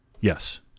Yes